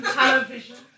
television